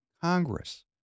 Congress